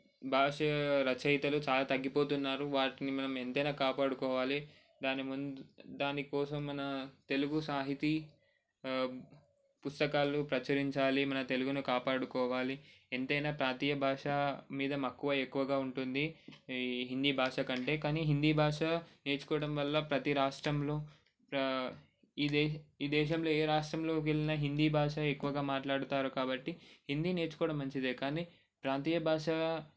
భాష రచయితలు చాలా తగ్గిపోతున్నారు వాటిని మనం ఎంతైనా కాపాడుకోవాలి దాని ముందు దాని కోసం మన తెలుగు సాహితీ పుస్తకాలు ప్రచురించాలి మన తెలుగును కాపాడుకోవాలి ఎంతైనా ప్రాంతీయ భాష మీద మక్కువ ఎక్కువగా ఉంటుంది ఏ హిందీ భాష కంటే కానీ హిందీ భాష నేర్చుకోవడం వల్ల ప్రతీ రాష్ట్రంలో ఇదే ఈ దేశంలో ఏ రాష్ట్రంలో వెళ్ళినా హిందీ భాష ఎక్కువగా మాట్లాడతారు కాబట్టి హిందీ నేర్చుకోవడం మంచిదే కానీ ప్రాంతీయ భాషగా